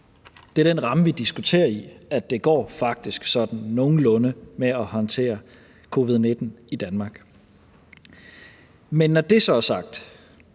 Det er den ramme, vi diskuterer i, nemlig at det faktisk går sådan nogenlunde med at håndtere covid-19 i Danmark. Men når det så er sagt,